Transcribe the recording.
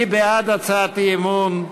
מי בעד הצעת האי-אמון?